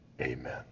Amen